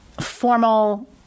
formal